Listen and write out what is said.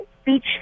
speech